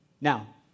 Now